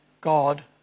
God